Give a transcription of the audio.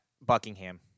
Buckingham